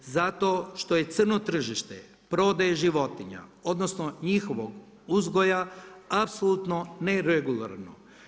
Zato što je crno tržište prodaje životinja odnosno njihovog uzgoja apsolutno neregularno.